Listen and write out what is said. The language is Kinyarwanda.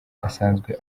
asanzwe